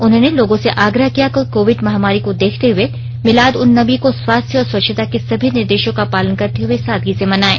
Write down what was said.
उन्होंने लोगों से आग्रह किया कि कोविड महामारी को देखते हुए मिलाद उन नबी को स्वास्थ्य और स्वच्छता के सभी निर्देशों का पालन करते हुए सादगी से मनाएं